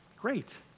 great